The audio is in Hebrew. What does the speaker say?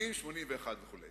ל-80%-81% וכו'.